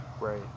Right